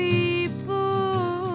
People